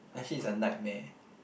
actually it's a nightmare